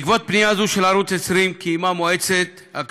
בעקבות פנייה זו של ערוץ 20 קיימה המועצה לשידורי